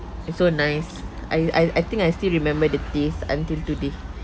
it's so nice I I I think I still remember the taste until today